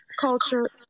culture